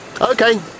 Okay